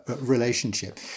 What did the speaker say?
relationship